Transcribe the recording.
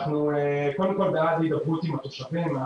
אנחנו קודם כל בעד הידברות עם התושבים,